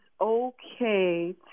okay